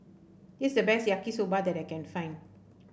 this is the best Yaki Soba that I can find